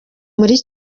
muri